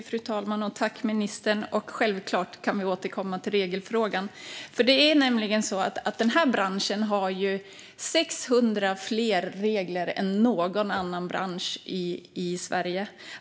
Fru talman! Självklart kan vi återkomma till regelfrågan. Denna bransch har nämligen 600 fler regler att förhålla sig till än någon annan bransch i Sverige.